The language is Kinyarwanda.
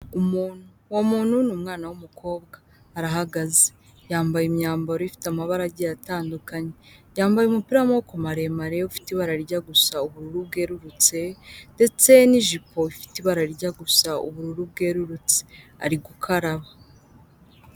Umuntu, uwo muntu ni umwana w'umukobwa arahagaze yambaye imyambaro ifite amabara agiye atandukanye, yambaye umupira w'amaboko maremare ufite ibara rijya gusa uburu bwerurutse, ndetse n'ijipo ifite ibara rijya gusa ubururu bwerurutse ari gukaraba.